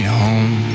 home